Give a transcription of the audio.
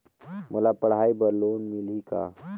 मोला पढ़ाई बर लोन मिलही का?